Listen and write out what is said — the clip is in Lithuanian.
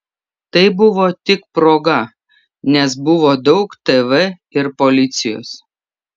tai buvo tik proga nes buvo daug tv ir policijos